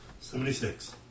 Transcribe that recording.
Seventy-six